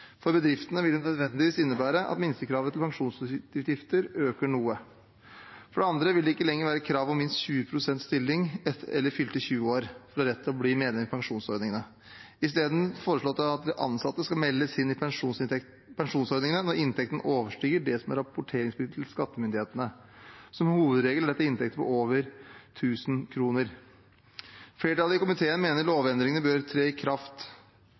For bedriftene vil det nødvendigvis innebære at minstekravet til pensjonsutgifter øker noe. For det andre vil det ikke lenger være krav om minst 20 pst. stilling eller fylte 20 år for ha rett til å bli medlem i pensjonsordningene. I stedet foreslås det at de ansatte skal meldes inn i pensjonsordningene når inntekten overstiger det som er rapporteringspliktig til skattemyndighetene – som hovedregel gjelder dette inntekter på over 1 000 kr. Flertallet i komiteen mener lovendringene bør tre i kraft